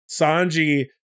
Sanji